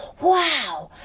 wow!